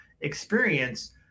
experience